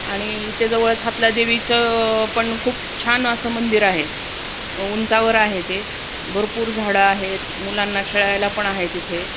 आणि इथे जवळच हातलादेवीचं पण खूप छान असं मंदिर आहे उंचावर आहे ते भरपूर झाडं आहेत मुलांना खेळायला पण आहे तिथे